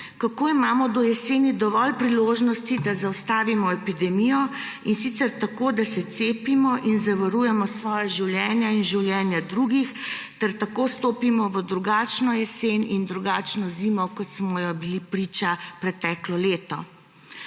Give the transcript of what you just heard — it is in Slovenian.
kako imamo do jeseni dovolj priložnosti, da zaustavimo epidemijo, in sicer tako, da se cepimo in zavarujemo svoje življenje in življenje drugih ter tako stopimo v drugačno jesen in zimo, kot smo ji bili priča preteklo leto.